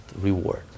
reward